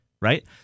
right